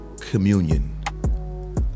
Communion